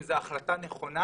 אם זו החלטה נכונה,